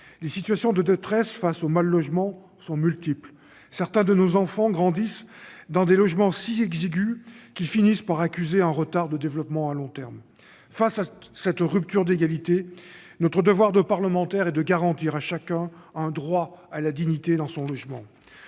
Les situations de détresse face au mal-logement sont multiples. Certains de nos enfants grandissent dans des logements si exigus qu'ils finissent par accuser un retard de développement à long terme. Face à cette rupture d'égalité, notre devoir de parlementaires est de garantir à chacun un droit à la dignité dans son logement.